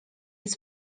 jest